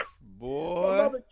Boy